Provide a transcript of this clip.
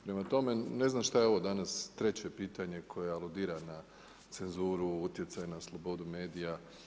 Prema tome, ne znam što je ovo danas treće p9itanje koje aludira na cenzuru, utjecaj na slobodu medija.